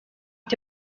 b’u